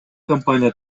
компания